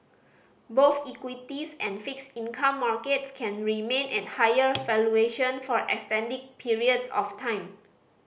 both equities and fixed income markets can remain at higher for extended periods of time